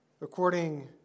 according